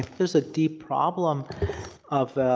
there's a deep problem of,